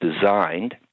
designed